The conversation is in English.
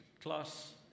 class